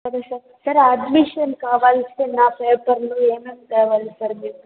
అది sir sir admission కావాల్సిన పేపర్లు ఏమేం తేవాలి సార్ మీకు